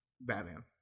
Batman